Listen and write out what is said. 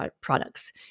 products